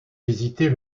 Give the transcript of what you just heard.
visiter